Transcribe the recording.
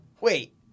Wait